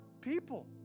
people